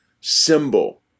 symbol